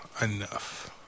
enough